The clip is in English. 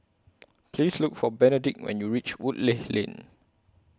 Please Look For Benedict when YOU REACH Woodleigh Lane